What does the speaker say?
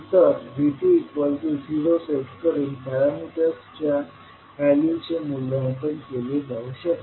तर V20 set करुन पॅरामीटर्सच्या व्हॅल्यूचे मूल्यांकन केले जाऊ शकते